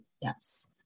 yes